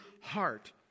heart